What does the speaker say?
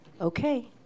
Okay